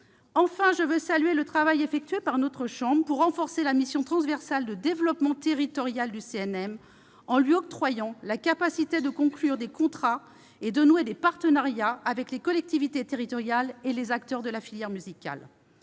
Enfin, je veux saluer le travail effectué par notre chambre pour renforcer la mission transversale de développement territorial du CNM, en lui octroyant la capacité de conclure des contrats et de nouer des partenariats avec les collectivités territoriales et les acteurs de la filière musicale.